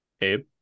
Abe